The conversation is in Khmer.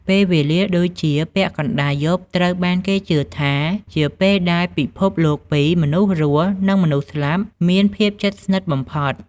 ពេលវេលាដូចជាពាក់កណ្តាលយប់ ត្រូវបានគេជឿថាជាពេលដែលពិភពលោកពីរ មនុស្សរស់ និងមនុស្សស្លាប់ មានភាពជិតស្និទ្ធបំផុត។